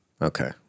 Okay